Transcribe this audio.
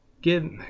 give